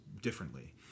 differently